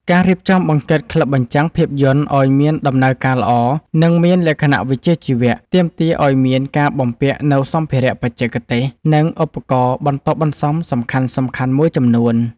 ការរៀបចំបង្កើតក្លឹបបញ្ចាំងភាពយន្តឱ្យមានដំណើរការល្អ និងមានលក្ខណៈវិជ្ជាជីវៈ ទាមទារឱ្យមានការបំពាក់នូវសម្ភារៈបច្ចេកទេស និងឧបករណ៍បន្ទាប់បន្សំសំខាន់ៗមួយចំនួន។